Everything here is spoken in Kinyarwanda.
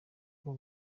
ngo